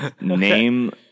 Name